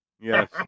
Yes